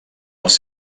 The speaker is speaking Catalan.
els